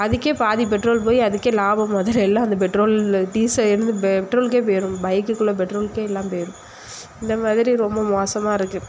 அதுக்கே பாதி பெட்ரோல் போய் அதுக்கே லாபம் முதல் எல்லா அந்த பெட்ரோலில் டீசல் இருந்து பெட்ரோலுக்கே போயிரும் பைக்குக்குள்ளே பெட்ரோலுக்கே எல்லாம் போயிரும் இந்தமாதிரி ரொம்ப மோசமாக இருக்கு